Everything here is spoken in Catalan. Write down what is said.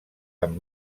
amb